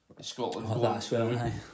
Scotland